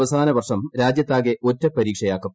അവസാന വർഷം രാജ്യത്താകെ ഒറ്റ പരീക്ഷയാക്കും